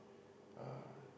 uh